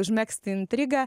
užmegzti intrigą